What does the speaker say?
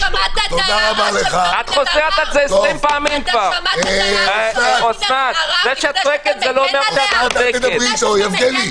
שמעת את ההערה של קארין אלהרר לפני שאתה מגן עליה?